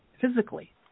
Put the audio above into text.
physically